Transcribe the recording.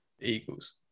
Eagles